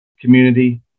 community